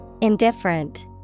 Indifferent